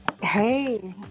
hey